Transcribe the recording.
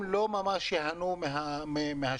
הם לא ממש ייהנו מהשירות,